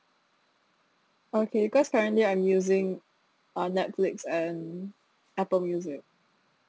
okay because currently I'm using uh Netflix and Apple music